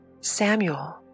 Samuel